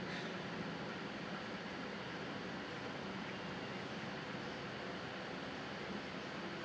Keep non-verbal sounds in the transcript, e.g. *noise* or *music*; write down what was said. *breath*